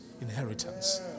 inheritance